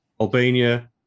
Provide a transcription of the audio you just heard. Albania